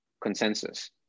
consensus